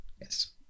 yes